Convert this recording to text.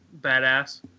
badass